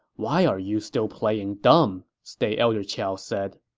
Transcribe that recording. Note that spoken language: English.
why are you still playing dumb? state elder qiao said